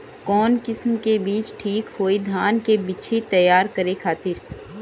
कवन किस्म के बीज ठीक होई धान के बिछी तैयार करे खातिर?